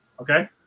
okay